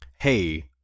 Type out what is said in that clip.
Hey